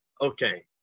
okay